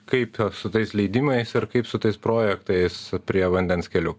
kaip su tais leidimais ir kaip su tais projektais prie vandens kelių